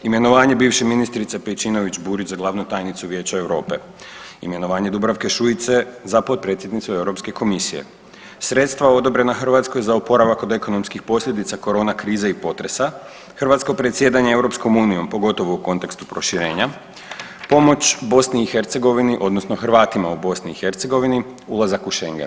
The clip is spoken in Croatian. Imenovanje bivše ministrice Pejčinović Burić za glavnu tajnicu Vijeća Europe, imenovanje Dubravke Šuice za potpredsjednicu Europske komisije, sredstava odobrena Hrvatskoj za oporavak od ekonomskih posljedica korona krize i potresa, hrvatsko predsjedanje EU pogotovo u kontekstu proširenja, pomoć BiH odnosno Hrvatima u BiH, ulazak u šengen.